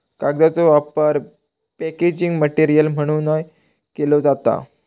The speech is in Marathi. कागदाचो वापर पॅकेजिंग मटेरियल म्हणूनव केलो जाता